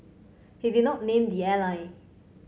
he did not name the airline